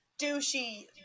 douchey